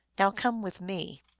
now come with me.